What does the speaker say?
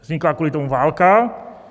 Vznikla kvůli tomu válka.